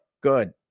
good